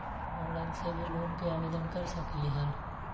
Online से भी loan के आवेदन कर सकलीहल?